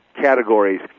categories